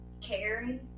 Caring